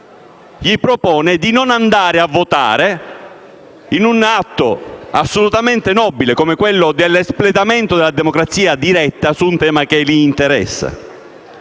loro di non andare a votare in un atto assolutamente nobile come quello dell'espletamento della democrazia diretta su un tema che li interessa.